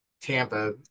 Tampa